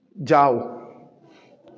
যাও